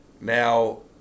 Now